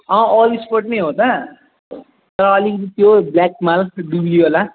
अँ all sport नै हो त तर अलिकति त्यो ब्ल्याक माल दिल्लीवाला